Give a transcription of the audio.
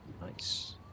nice